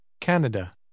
Canada